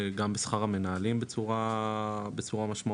גם בשכר המנהלים בצורה משמעותית,